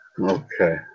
okay